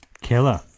killer